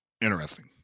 Interesting